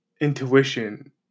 intuition